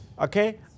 Okay